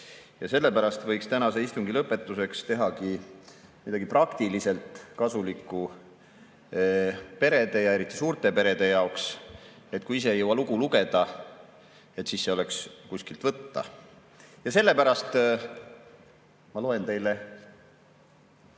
Sellepärast võiks tänase istungi lõpetuseks teha midagi praktiliselt kasulikku perede ja eriti suurte perede jaoks. Kui ise ei jõua lugu lugeda, siis see on kuskilt võtta. Sellepärast ma loen teile